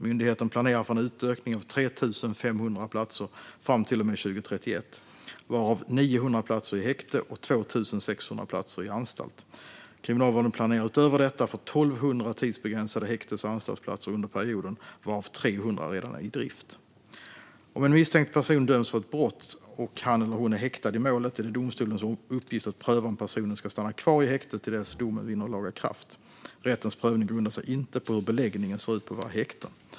Myndigheten planerar för en utökning av 3 500 platser fram till 2031, varav 900 platser i häkte och 2 600 platser i anstalt. Kriminalvården planerar utöver detta för 1 200 tidsbegränsade häktes och anstaltsplatser under perioden, varav 300 redan är i drift. Om en misstänkt person döms för ett brott och han eller hon är häktad i målet är det domstolens uppgift att pröva om personen ska stanna kvar i häkte till dess att domen vinner laga kraft. Rättens prövning grundar sig inte på hur beläggningen ser ut på våra häkten.